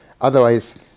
Otherwise